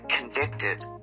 convicted